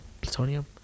Plutonium